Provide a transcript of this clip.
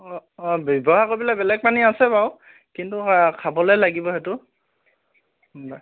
অঁ অঁ ব্যৱহাৰ কৰিবলৈ বেলেগ পানী আছে বাৰু কিন্তু খাবলৈ লাগিব সেইটো